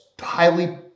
highly